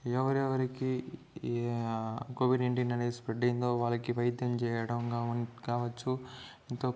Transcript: ఎవరెవరికి Covid nineteen నేది spread అయిందో వాళ్ళకి వైద్యం చేయడం కావచ్చు ఎంతో